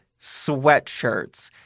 Sweatshirts